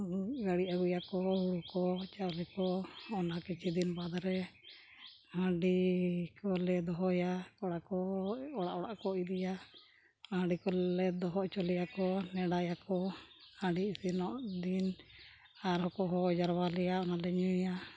ᱜᱟᱬᱤ ᱟᱹᱜᱩᱭᱟᱠᱚ ᱦᱩᱲᱩ ᱠᱚ ᱪᱟᱣᱞᱮ ᱠᱚ ᱚᱱᱟ ᱠᱤᱪᱷᱩ ᱫᱤᱱ ᱵᱟᱫᱽ ᱨᱮ ᱦᱟᱺᱰᱤ ᱠᱚᱞᱮ ᱫᱚᱦᱚᱭᱟ ᱠᱚᱲᱟ ᱠᱚ ᱚᱲᱟᱜ ᱚᱲᱟᱜ ᱠᱚ ᱤᱫᱤᱭᱟ ᱦᱟᱺᱰᱤ ᱠᱚᱞᱮ ᱫᱚᱦᱚ ᱦᱚᱪᱚ ᱞᱮᱭᱟᱠᱚ ᱱᱮᱰᱟᱭᱟᱠᱚ ᱦᱟᱺᱰᱤ ᱤᱥᱤᱱᱚᱜ ᱫᱤᱱ ᱟᱨᱦᱚᱸ ᱠᱚ ᱦᱚᱦᱚ ᱡᱟᱨᱣᱟ ᱞᱮᱭᱟ ᱚᱱᱟᱞᱮ ᱧᱩᱭᱟ